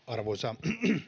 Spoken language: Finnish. arvoisa